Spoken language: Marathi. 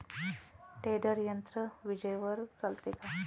टेडर यंत्र विजेवर चालते का?